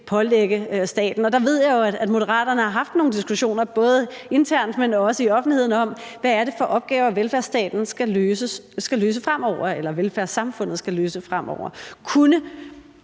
pålægge staten? Der ved jeg jo, at Moderaterne har haft nogle diskussioner både internt, men også i offentligheden om, hvad det er for opgaver, velfærdssamfundet fremover skal løse. Kunne